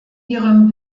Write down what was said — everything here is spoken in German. ihrem